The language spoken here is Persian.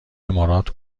امارات